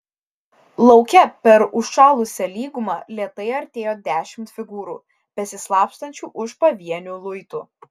lauke per užšalusią lygumą lėtai artėjo dešimt figūrų besislapstančių už pavienių luitų